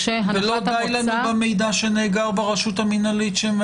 כשהנחת המוצא היא --- ולא די לנו במידע שנאגר ברשות המינהלית?